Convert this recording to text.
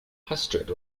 astrid